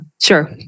Sure